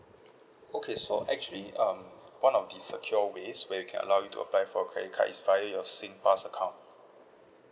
okay so actually um one of the secure ways where you can allow you to apply for a credit card is via your singpass account